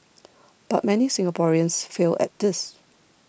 but many Singaporeans fail at this